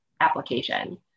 application